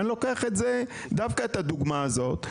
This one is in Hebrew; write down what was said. ואני לוקח דווקא את הדוגמה הזאת,